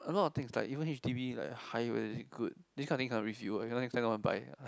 a lot of things like even h_d_b like higher value is it good this kind of thing cannot review you what or not next time want to buy